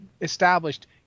established